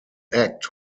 act